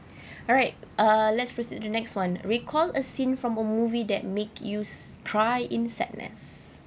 all right uh let's proceed to the next [one] recall a scene from a movie that make you cry in sadness